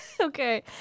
Okay